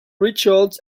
richards